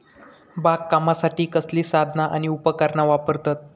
बागकामासाठी कसली साधना आणि उपकरणा वापरतत?